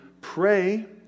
pray